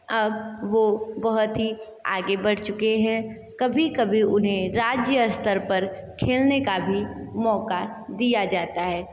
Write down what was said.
अब वो बहुत ही आगे बढ़ चुके हैं कभी कभी उन्हें राज्य स्तर पर खेलने का भी मौका दिया जाता है